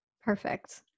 Perfect